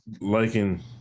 liking